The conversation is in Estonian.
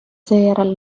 seejärel